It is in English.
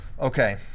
Okay